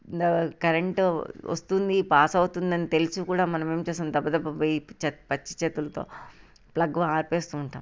current వస్తుంది pass అవుతుందని తెలిసి కూడా మనమేమి చేస్తాము దబ దబా పోయి పచ్చి చేతులతో ప్లగ్ ఆపేస్తూ ఉంటాము